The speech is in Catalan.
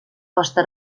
costa